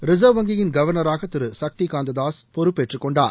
reserve வங்கியின் கவர்னராக திரு சக்திகாந்ததாஸ் பொறுப்பேற்றுக்கொண்டார்